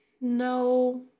No